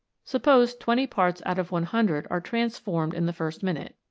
suppose twenty parts out of one hundred are transformed in the first minute,